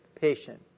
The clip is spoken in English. patient